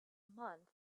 month